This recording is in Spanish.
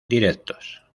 directos